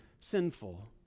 sinful